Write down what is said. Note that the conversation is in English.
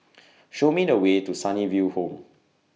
Show Me The Way to Sunnyville Home